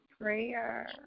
prayer